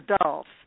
adults